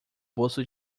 bolso